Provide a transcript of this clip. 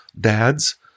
Dads